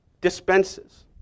dispenses